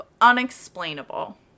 unexplainable